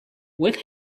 with